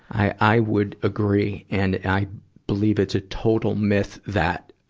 i, i would agree. and i believe it's a total myth that,